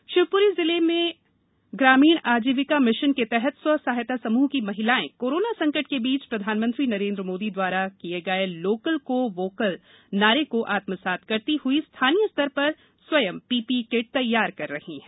local vocal Shivpuri जिले में ग्रामीण आजीविका समूह की महिलाएं कोरोना संकट के बीच प्रधानमंत्री नरेंद्र मोदी द्वारा किए गए लोकल का वोकल नारे को आत्मसात करते हए स्थानीय स्तर पर स्वयं पीपीई किट तैयार कर रही हैं